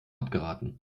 abgeraten